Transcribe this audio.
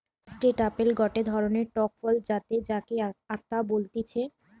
custard apple গটে ধরণের টক ফল যাতে যাকে আতা বলতিছে